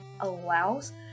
allows